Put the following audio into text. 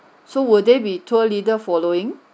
so will there be tour leader following